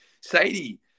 Sadie